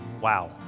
Wow